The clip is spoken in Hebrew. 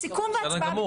בסדר גמור.